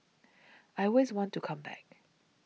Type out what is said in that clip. I always want to come back